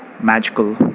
magical